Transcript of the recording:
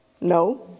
No